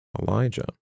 Elijah